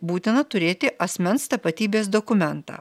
būtina turėti asmens tapatybės dokumentą